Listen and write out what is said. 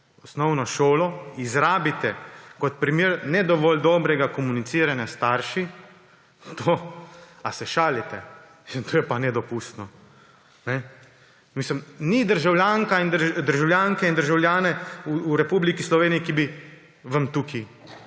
osnovno šolo, izrabite kot primer ne dovolj dobrega komuniciranja s starši – ali se šalite? To je pa nedopustno! Ni državljanke in državljana v Republiki Sloveniji, ki bi vam tukaj